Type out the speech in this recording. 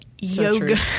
yoga